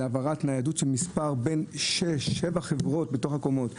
להעברת ניידות של מספר בין שש שבע חברות בתוך הקומות.